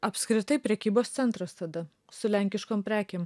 apskritai prekybos centras tada su lenkiškom prekėm